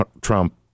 Trump